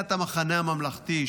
סיעת המחנה הממלכתי.